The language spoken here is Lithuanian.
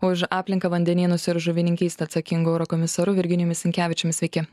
už aplinką vandenynus ir žuvininkystę atsakingu eurokomisaru virginijumi sinkevičiumi sveiki